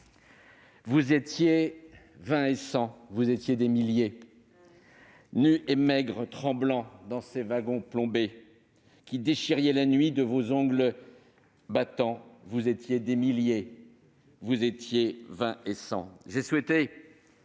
Vous étiez vingt et cent, vous étiez des milliers Nus et maigres, tremblants, dans ces wagons plombés Qui déchiriez la nuit de vos ongles battants Vous étiez des milliers, vous étiez vingt et cent » J'ai souhaité